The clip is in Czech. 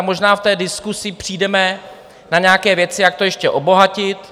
Možná v té diskusi přijdeme na nějaké věci, jak to ještě obohatit.